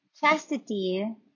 chastity